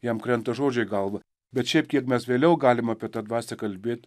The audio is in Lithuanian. jam krenta žodžiai į galvą bet šiaip kiek mes vėliau galim apie tą dvasią kalbėt